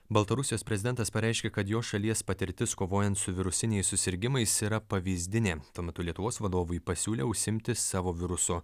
baltarusijos prezidentas pareiškė kad jo šalies patirtis kovojant su virusiniais susirgimais yra pavyzdinė tuo metu lietuvos vadovui pasiūlė užsiimti savo virusu